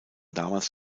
damals